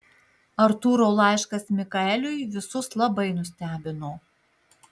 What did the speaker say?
artūro laiškas mikaeliui visus labai nustebino